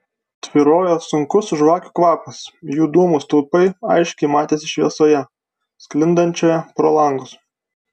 tvyrojo sunkus žvakių kvapas jų dūmų stulpai aiškiai matėsi šviesoje sklindančioje pro langus